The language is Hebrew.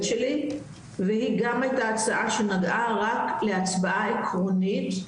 שלי והיא גם את ההצעה שנגעה רק להצבעה עקרונית,